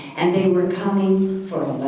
and they were coming for